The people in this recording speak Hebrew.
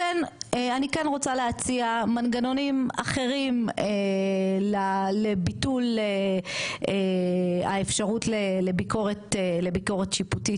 אני כן רוצה להציע מנגנונים אחרים לביטול האפשרות לביקורת שיפוטית